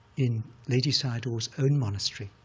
in ledi sayadaw's own monastery,